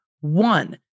one